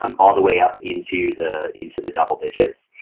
um all the way up into the into the double digits.